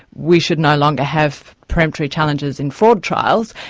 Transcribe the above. we should no longer have peremptory challenges in fraud trials,